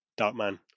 Darkman